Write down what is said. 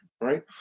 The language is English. right